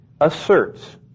asserts